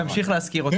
תמשיך להשכיר אותן.